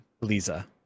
Lisa